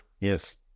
yes